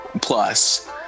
plus